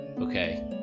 okay